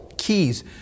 keys